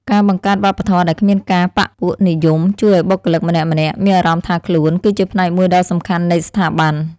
ការបង្កើតវប្បធម៌ដែលគ្មានការបក្សពួកនិយមជួយឱ្យបុគ្គលិកម្នាក់ៗមានអារម្មណ៍ថាខ្លួន គឺជាផ្នែកមួយដ៏សំខាន់នៃស្ថាប័ន។